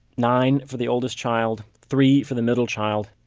nine for the oldest child, three for the middle child,